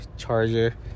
charger